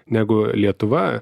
negu lietuva